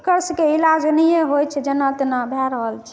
ओकरा सभकेँ इलाज ओनाहिए होइ छै जेना तेना भए रहल छै